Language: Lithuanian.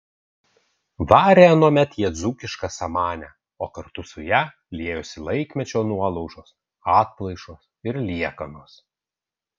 varė anuomet jie dzūkišką samanę o kartu su ja liejosi laikmečio nuolaužos atplaišos ir liekanos